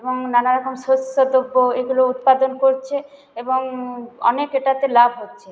এবং নানা রকম শস্যদ্রব্য এগুলো উৎপাদন করছে এবং অনেক এটাতে লাভ হচ্ছে